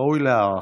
ראוי להערכה.